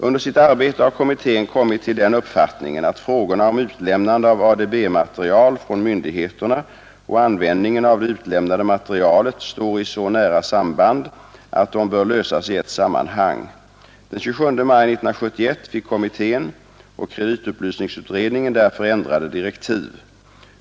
Under sitt arbete har kommittén kommit till den uppfattningen, att frågorna om utlämnande av ADB-material från myndigheterna och användningen av det utlämnade materialet står i så nära samband, att de bör lösas i ett sammanhang. Den 27 maj 1971 fick kommittén och kreditupplysningsutredningen därför ändrade direktiv.